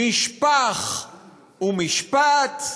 משפח הוא משפט,